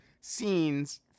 scenes